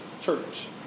church